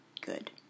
Good